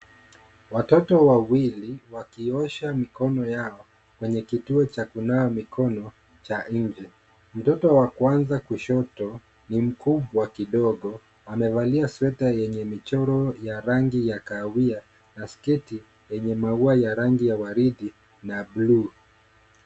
Watoto wawili wakiosha mikono yao kqenye kituo cha kunawa mikono cha nje. Mtoto wa kwanza kushoto ni mkubwa kidogo, amevalia sweta yenye michoro ya rangi ya kahawia na sketi yenye maua ya rangi ya waridi na bluu.